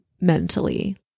mentally